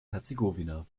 herzegowina